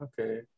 Okay